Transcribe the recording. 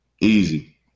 Easy